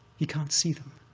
he can't see them.